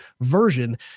version